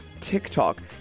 TikTok